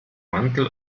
mantel